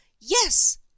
yes